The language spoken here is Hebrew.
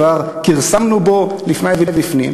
כבר כרסמנו בו לפני ולפנים,